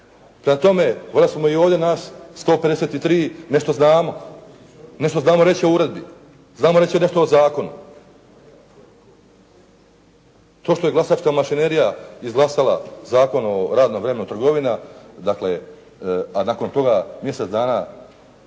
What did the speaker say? Prema tome, valjda smo i ovdje nas 153 nešto znamo. Nešto znamo reći o uredbi, znamo reći nešto o zakonu. To što je glasačka mašinerija izglasala Zakon o radnom vremenu trgovina, dakle a nakon toga mjesec dana,